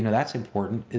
and that's important.